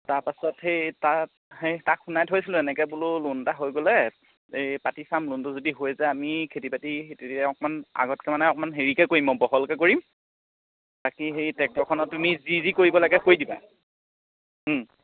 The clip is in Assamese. তাৰ পাছত সেই তাত তাক শুনাই থৈছিলোঁ এনেকৈ বোলো লোন এটা হৈ গ'লে এই পাতি চাম লোনটো যদি হৈ যায় আমি খেতি বাতি অকণমান আগতকৈ মানে অকণমান হেৰিকে কৰিম আৰু বহলকৈ কৰিম বাকী সেই টেক্টৰখনৰ তুমি যি যি কৰিব লাগে কৰি দিবা